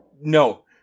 no